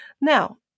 Now